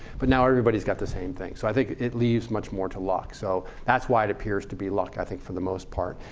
but now everybody's got the same thing. so i think it leaves much more to luck. so that's why it appears to be luck i think for the most part.